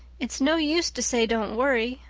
it's no use to say don't worry.